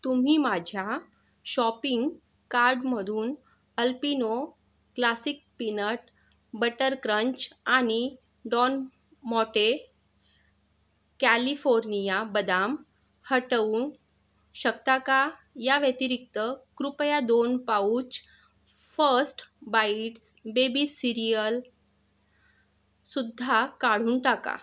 तुम्ही माझ्या शॉपिंग कार्टमधून Alpino classic peanut butter crunch आणि डॉन माँटे कॅलिफोर्निया बदाम हटवू शकता का या व्यतिरिक्त कृपया दोन pouch first bites baby cereal सुद्धा काढून टाका